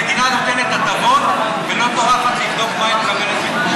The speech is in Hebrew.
המדינה נותנת הטבות ולא טורחת לבדוק מה היא מקבלת בתמורה.